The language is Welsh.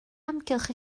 amgylch